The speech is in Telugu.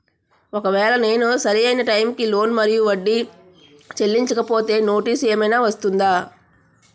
ఒకవేళ నేను సరి అయినా టైం కి లోన్ మరియు వడ్డీ చెల్లించకపోతే నోటీసు ఏమైనా వస్తుందా?